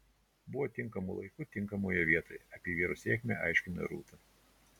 buvo tinkamu laiku tinkamoje vietoje apie vyro sėkmę aiškina rūta